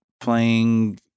playing